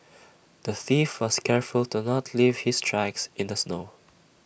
the thief was careful to not leave his tracks in the snow